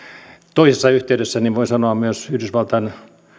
toisessa yhteydessä ja voin sanoa että myös yhdysvaltain